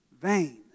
vain